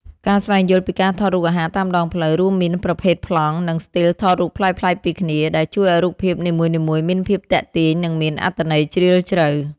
ការស្វែងយល់ពីការថតរូបអាហារតាមដងផ្លូវ រួមមានប្រភេទប្លង់ និងស្ទីលថតរូបប្លែកៗពីគ្នា ដែលជួយឱ្យរូបភាពនីមួយៗមានភាពទាក់ទាញ និងមានអត្ថន័យជ្រាលជ្រៅ។